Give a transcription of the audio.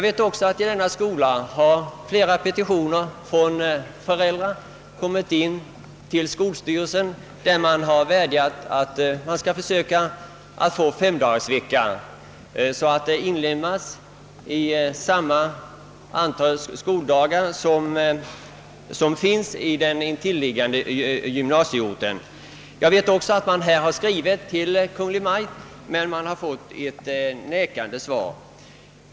Till skolstyrelsen för denna skola har flera petitioner från föräldrar kommit in, i vilka man vädjat om ett införande av 5-dagarsvecka så att man finge samma antal skoldagar som i den intilliggande gymnasieorten. Man har också skrivit till Kungl. Maj:t men fått ett nekande svar.